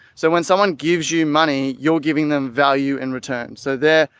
so when someone gives you money, you're giving them value in return. so they're,